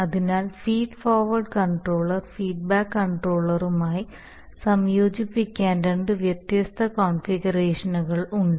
അതിനാൽ feed forward controller feedback കൺട്രോളറുമായി സംയോജിപ്പിക്കാൻ രണ്ട് വ്യത്യസ്ത കോൺഫിഗറേഷനുകൾ ഉണ്ട്